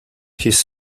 his